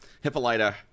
Hippolyta